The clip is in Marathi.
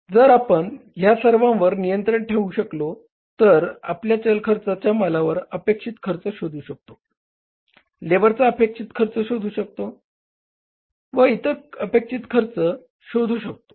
जर आपण ह्यासर्वांवर नियंत्रण ठेवू शकलो तर आपण कच्या मालावरचा अपेक्षित खर्च शोधू शकतो लेबरचा अपेक्षित खर्च शोधू शकतो व इतर अपेक्षित खर्च शोधू शकतो